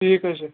ٹھیٖک حظ چھُ